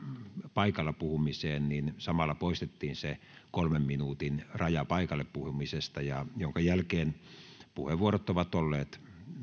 paikalla puhumiseen samalla poistettiin se kolmen minuutin raja paikalla puhumisesta minkä jälkeen puheenvuorot ovat olleet